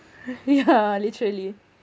yeah literally